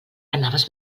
anaves